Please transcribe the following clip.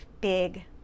big